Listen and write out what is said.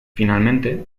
finalmente